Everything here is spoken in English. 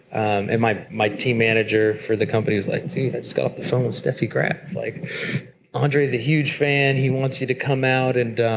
and my my team manager for the company was like, dude, i just got off the phone with steffi graf. like andre's a huge fan, he wants you to come out and